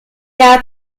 jahr